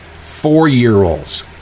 Four-year-olds